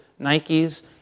Nikes